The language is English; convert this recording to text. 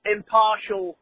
impartial